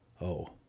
Oh